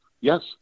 Yes